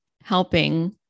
helping